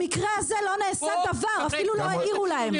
במקרה הזה לא נעשה דבר, אפילו לא העירו להם.